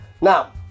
Now